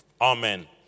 Amen